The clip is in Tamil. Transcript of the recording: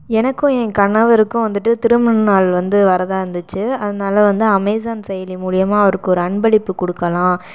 எனக்கும் ஏன் கணவருக்கும் வந்துட்டு திருமணநாள் வந்து வரதா இருந்துச்சு அதனால் வந்து அமேசான் செயலி மூலியமாக அவருக்கு ஒரு அன்பளிப்பு கொடுக்கலாம்